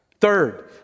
Third